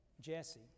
Jesse